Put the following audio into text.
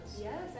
Yes